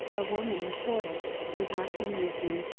a woman reported, with much amusement,